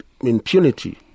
impunity